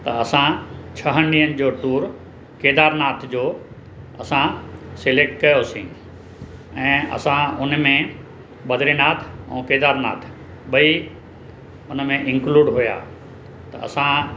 त असां छहनि ॾींहंनि जो टूर केदारनाथ जो असां सिलेक्ट कयोसीं ऐं असां हुन में बदरीनाथ ऐं केदारनाथ ॿई हुन में इंक्लूड हुआ त असां